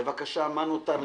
בבקשה, מה נותר לנו?